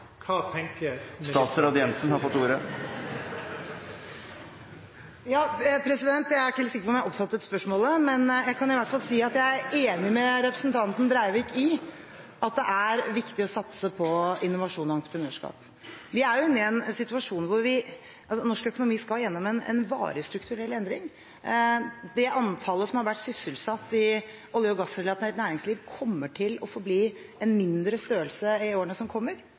ordet. Jeg er ikke helt sikker på om jeg oppfattet spørsmålet, men jeg kan i hvert fall si at jeg er enig med representanten Breivik i at det er viktig å satse på innovasjon og entreprenørskap. Vi er jo inne i en situasjon hvor norsk økonomi skal gjennom en varig strukturell endring. Det antallet som har vært sysselsatt i olje- og gassrelatert næringsliv, kommer til å forbli en mindre størrelse i årene som kommer,